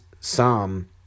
Psalm